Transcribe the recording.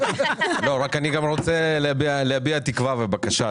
אני גם רוצה להביע תקווה ובקשה,